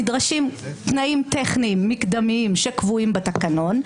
נדרשים תנאים טכניים מקדמיים שקבועים בתקנון,